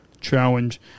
challenge